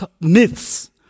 myths